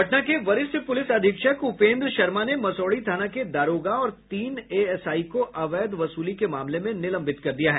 पटना के वरिष्ठ पुलिस अधीक्षक उपेन्द्र शर्मा ने मसौढ़ी थाना के दारोगा और तीन एएसआई को अवैध वसुली के मामले में निलंबित कर दिया है